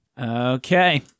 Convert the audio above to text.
Okay